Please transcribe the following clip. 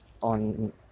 on